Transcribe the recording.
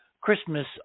Christmas